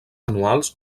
anuals